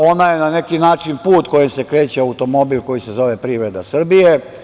Ona je na neki način put kojim se kreće automobil koji se zove privreda Srbije.